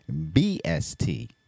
BST